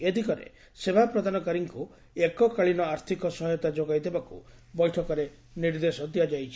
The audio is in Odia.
ଏ ଦିଗରେ ସେବା ପ୍ରଦାନକାରୀଙ୍କୁ ଏକକାଳୀନ ଆର୍ଥିକ ସହାୟତା ଯୋଗାଇ ଦେବାକୁ ବୈଠକରେ ନିର୍ଦ୍ଦେଶ ଦିଆଯାଇଛି